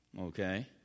okay